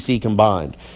combined